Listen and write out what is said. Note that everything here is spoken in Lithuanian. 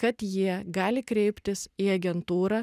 kad jie gali kreiptis į agentūrą